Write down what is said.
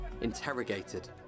interrogated